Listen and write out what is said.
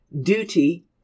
duty